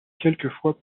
quelquefois